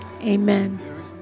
amen